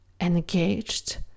engaged